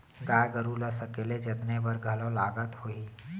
गाय गरू ल सकेले जतने बर घलौ लागत होही?